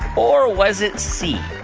or was it c,